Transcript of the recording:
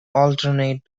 alternate